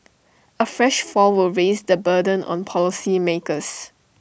A fresh fall will raise the burden on policymakers